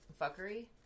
Fuckery